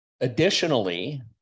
Additionally